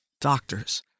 doctors